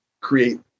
create